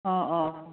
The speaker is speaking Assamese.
অ' অ'